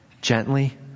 Gently